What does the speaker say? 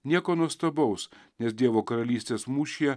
nieko nuostabaus nes dievo karalystės mūšyje